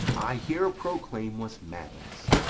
i here proclaim was madness.